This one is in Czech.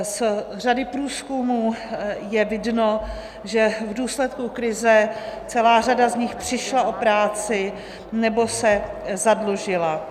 Z řady průzkumů je vidno, že v důsledku krize celá řada z nich přišla o práci nebo se zadlužila.